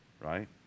Right